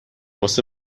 واسه